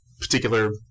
particular